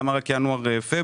למה מקבלים רק בינואר ופברואר?